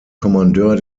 kommandeur